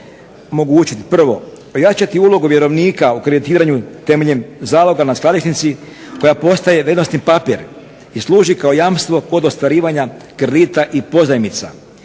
omogućiti prvo ojačati ulogu vjerovnika u kreditiranju temeljem zaloga na … koja postaje vrijednosni papir i služi kao jamstvo kod ostvarivanja kredita i pozajmica.